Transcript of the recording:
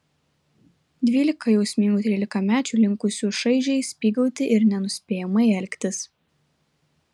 dvylika jausmingų trylikamečių linkusių šaižiai spygauti ir nenuspėjamai elgtis